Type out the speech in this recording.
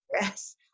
Yes